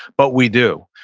but we do.